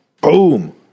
Boom